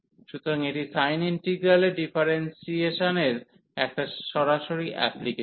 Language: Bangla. সুতরাং এটি sin ইন্টিগ্রালের ডিফারেন্সিয়েশনের একটা সরাসরি অ্যাপ্লিকেসন